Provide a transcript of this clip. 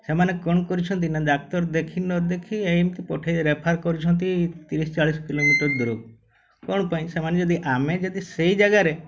ସେମାନେ କ'ଣ କରିଛନ୍ତି ନା ଡ଼ାକ୍ତର ଦେଖି ନ ଦେଖି ଏମିତି ପଠେଇ ରେଫର୍ କରିଛନ୍ତି ତିରିଶ ଚାଳିଶ କିଲୋମିଟର୍ ଦୂରକୁ କ'ଣ ପାଇଁ ସେମାନେ ଯଦି ଆମେ ଯଦି ସେଇ ଜାଗାରେ